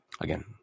Again